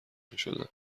میشدن